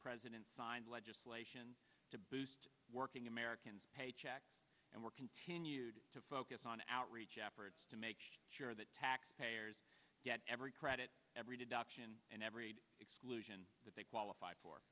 president signed legislation to boost working americans paycheck and were continued to focus on outreach efforts to make sure that taxpayers get every credit every deduction and every exclusion that they qualify for